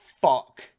fuck